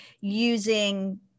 using